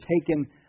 taken